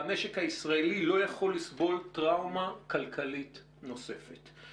והמשק הישראלי לא יכול לסבול טראומה כלכלית נוספת.